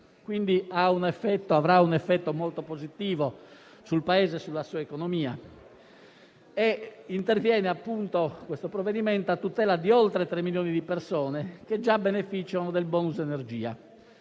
quindi avrà un effetto molto positivo sul Paese e sulla sua economia. Il provvedimento interviene a tutela di oltre 3 milioni di persone che già beneficiano del *bonus* energia.